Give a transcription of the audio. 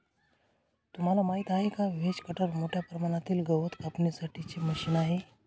तुम्हाला माहिती आहे का? व्हेज कटर मोठ्या प्रमाणातील गवत कापण्यासाठी चे मशीन आहे